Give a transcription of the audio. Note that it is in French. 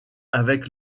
avec